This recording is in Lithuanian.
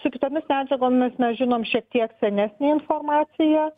su kitomis medžiagomis mes žinom šiek tiek senesnę informaciją